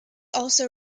also